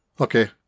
Okay